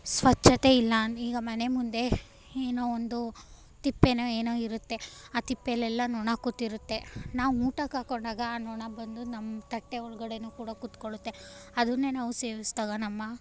ಸ್ವಚ್ಛತೆ ಇಲ್ಲ ಈಗ ಮನೆ ಮುಂದೆ ಏನೋ ಒಂದು ತಿಪ್ಪೆಯೋ ಏನೋ ಇರುತ್ತೆ ಆ ತಿಪ್ಪೆಯಲ್ಲೆಲ್ಲ ನೊಣ ಕೂತಿರುತ್ತೆ ನಾವು ಊಟಕ್ಕೆ ಹಾಕ್ಕೊಂಡಾಗ ಆ ನೊಣ ಬಂದು ನಮ್ಮ ತಟ್ಟೆ ಒಳ್ಗಡೆಯೂ ಕೂಡ ಕೂತ್ಕೊಳ್ಳುತ್ತೆ ಅದನ್ನೇ ನಾವು ಸೇವಿಸದಾಗ ನಮ್ಮ